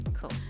Cool